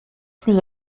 plus